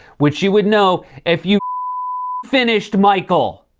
which you would know if you finished michael.